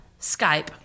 Skype